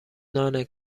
نان